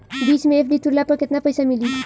बीच मे एफ.डी तुड़ला पर केतना पईसा मिली?